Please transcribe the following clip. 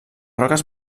roques